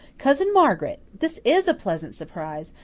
cousin margaret! this is a pleasant surprise.